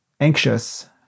anxious